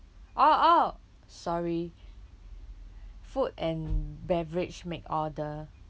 oh oh sorry food and beverage make order